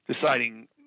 deciding